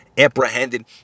apprehended